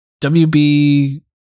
WB